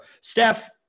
Steph